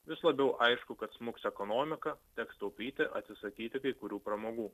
vis labiau aišku kad smuks ekonomika teks taupyti atsisakyti kai kurių pramogų